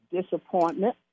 disappointment